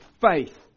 faith